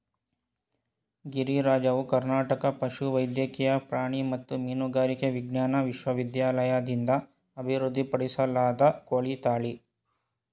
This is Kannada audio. ಗಿರಿರಾಜವು ಕರ್ನಾಟಕ ಪಶುವೈದ್ಯಕೀಯ ಪ್ರಾಣಿ ಮತ್ತು ಮೀನುಗಾರಿಕೆ ವಿಜ್ಞಾನ ವಿಶ್ವವಿದ್ಯಾಲಯದಿಂದ ಅಭಿವೃದ್ಧಿಪಡಿಸಲಾದ ಕೋಳಿ ತಳಿ